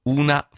una